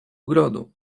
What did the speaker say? ogrodu